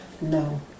No